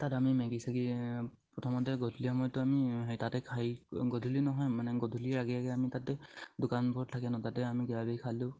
তাত আমি মেগী চেগি প্ৰথমতে গধূলি সময়তো আমি তাতে খাই গধূলি নহয় মানে গধূলিৰ আগে আগে আমি তাতে দোকানবোৰত থাকে ন তাতে আমি কিবাকিবি খালোঁ